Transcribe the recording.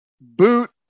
boot